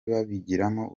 babigiramo